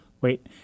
wait